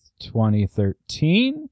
2013